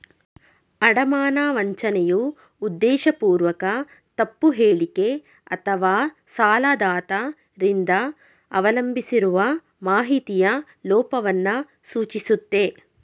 ಅಡಮಾನ ವಂಚನೆಯು ಉದ್ದೇಶಪೂರ್ವಕ ತಪ್ಪು ಹೇಳಿಕೆ ಅಥವಾಸಾಲದಾತ ರಿಂದ ಅವಲಂಬಿಸಿರುವ ಮಾಹಿತಿಯ ಲೋಪವನ್ನ ಸೂಚಿಸುತ್ತೆ